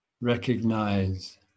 recognize